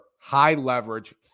high-leverage